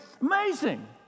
Amazing